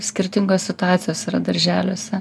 skirtingos situacijos yra darželiuose